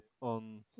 on